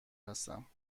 هستم